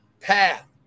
path